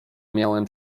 miałem